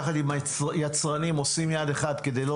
יחד עם היצרנים הם עושים יד אחת כדי לא